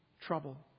trouble